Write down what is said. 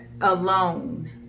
alone